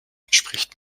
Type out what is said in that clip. entspricht